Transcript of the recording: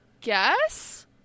guess